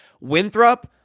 Winthrop